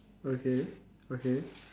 okay okay